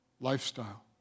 lifestyle